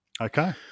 Okay